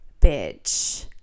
bitch